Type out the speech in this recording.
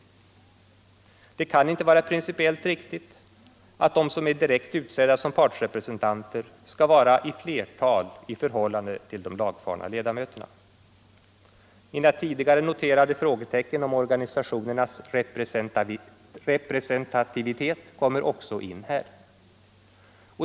Det kan inte vara principiellt riktigt att de som är direkt utsedda som partsrepresentanter skall vara i flertal i förhållande till de lagfarna ledamöterna. Mina tidigare noterade frågetecken beträffande organisationernas representativitet kommer in också här.